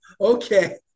okay